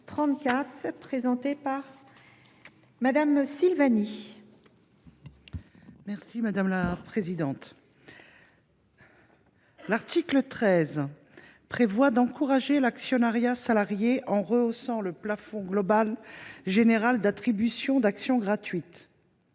L’article 13 prévoit d’encourager l’actionnariat salarié en rehaussant le plafond global général d’attribution d’actions gratuites.